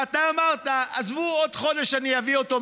ואתה אמרת: עזבו, עוד חודש אני אביא אותו.